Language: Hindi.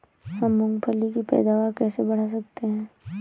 हम मूंगफली की पैदावार कैसे बढ़ा सकते हैं?